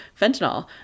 fentanyl